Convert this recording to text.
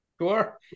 Sure